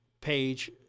page